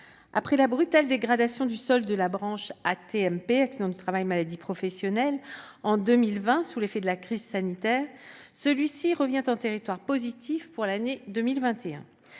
après la brutale dégradation du solde de la branche accidents du travail et maladies professionnelles (AT-MP) en 2020 sous l'effet de la crise sanitaire, celui-ci revient en territoire positif pour l'année 2021.